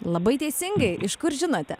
labai teisingai iš kur žinote